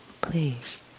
please